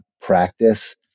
practice